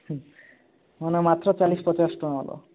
ମାନେ ମାତ୍ର ଚାଳିଶ ପଚାଶ ଟଙ୍କା ବୋଲ